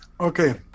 okay